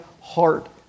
heart